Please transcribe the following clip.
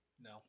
No